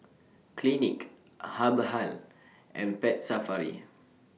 Clinique Habhal and Pet Safari